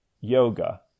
Yoga